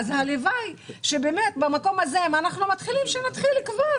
הלוואי שבאמת במקום הזה, אם אנחנו מתחילים, שכבר